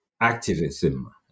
activism